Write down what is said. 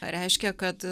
reiškia kad